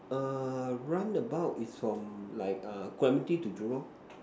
err run about is from like err Clementi to Jurong